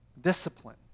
discipline